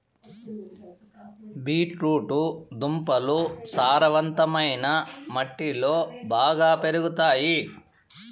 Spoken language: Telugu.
బీట్ రూట్ దుంపలు సారవంతమైన మట్టిలో బాగా పెరుగుతాయి